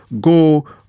go